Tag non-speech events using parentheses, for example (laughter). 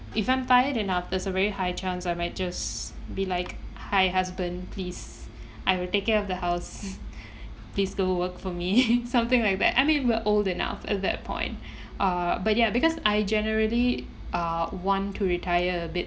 if I'm tired enough there's a very high chance I might just be like hi husband please I will take care of the house (laughs) please go work for me (laughs) something like that I mean we're old enough at that point uh but yeah because I generally uh want to retire a bit